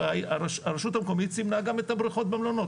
הרשות המקומית סימנה גם את הבריכות במלונות,